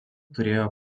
turėjo